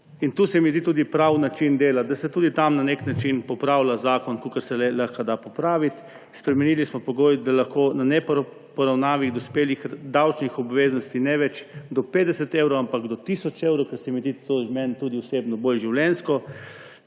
To se mi zdi tudi pravi način dela, da se tudi tam na nek način popravlja zakon, kolikor se le da popraviti. Spremenili smo pogoj, da lahko neporavnanih dospelih davčnih obveznosti ne več do 50 evrov, ampak do tisoč evrov, ker se tudi meni osebno zdi bolj življenjsko.